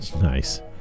Nice